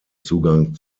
zugang